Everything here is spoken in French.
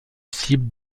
cibles